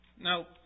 Now